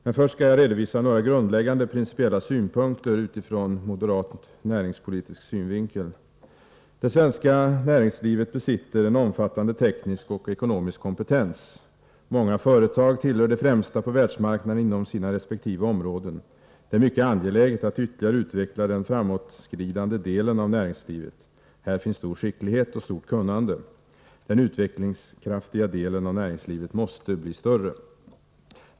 Men först skall jag redovisa några grundläggande principiella synpunkter ur moderat näringspolitisk synvinkel. Det svenska näringslivet besitter en omfattande teknisk och ekonomisk kompetens. Många företag tillhör de främsta på världsmarknaden inom sina resp. områden. Det är mycket angeläget att ytterligare utveckla den framåtskridande delen av näringslivet. Här finns stor skicklighet och stort kunnande. Den utvecklingskraftiga delen av näringslivet måste bli större.